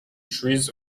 trees